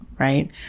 right